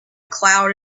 cloud